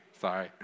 sorry